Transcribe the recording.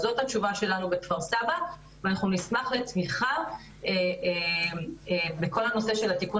אז זו התשובה שלנו בכפר-סבא ואנחנו נשמח לתמיכה בכל הנושא של תיקון